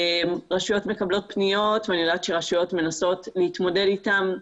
רשויות מקבלות פניות ואני יודעת שרשויות מנסות להתמודד אתן.